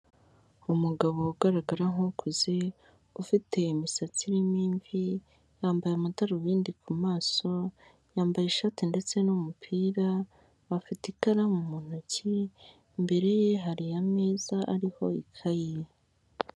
Umugabo ugaragara nkukuze ufite imisatsi irimo immvi anambaye amadarubindi ku maso, yambaye ishati ndetse n'umupira afite ikaramu mu ntoki imbere ye hari ameza ariho ikaye.